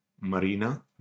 Marina